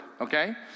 okay